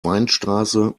weinstraße